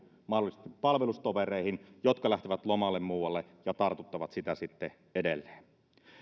mahdollisesti palvelustovereihin jotka lähtevät lomalle muualle ja tartuttavat sitä sitten edelleen